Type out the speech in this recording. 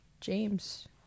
James